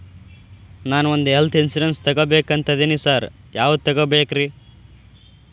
ನಾನ್ ಒಂದ್ health insurance ತಗಬೇಕಂತಿದೇನಿ sir ಯಾವದ ತಗಬೇಕ್ರಿ?